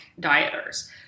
dieters